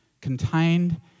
contained